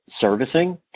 servicing